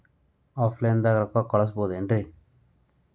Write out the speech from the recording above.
Offline ದಾಗ ರೊಕ್ಕ ಕಳಸಬಹುದೇನ್ರಿ?